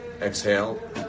Exhale